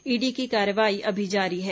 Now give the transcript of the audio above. ED की कार्रवाई अभी जारी है